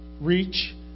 reach